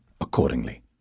accordingly